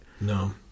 No